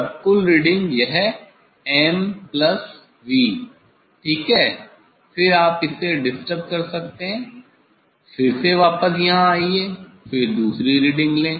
तब कुल रीडिंग है यह 'MV' ठीक है फिर आप इसे डिस्टर्ब कर सकते हैं फिर से वापस यहाँ आएं फिर दूसरी रीडिंग लें